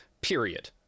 period